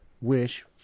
wish